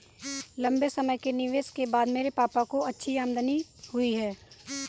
लंबे समय के निवेश के बाद मेरे पापा को अच्छी आमदनी हुई है